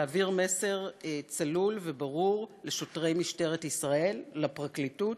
"להעביר מסר צלול וברור לשוטרי משטרת ישראל" לפרקליטות,